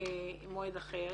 מועד אחר,